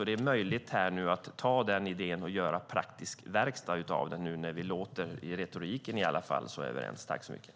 Det är möjligt att göra praktisk verkstad av den nu när det i alla fall i retoriken låter som att vi är överens.